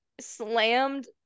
slammed